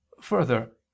Further